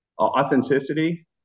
Authenticity